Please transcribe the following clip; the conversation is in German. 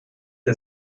der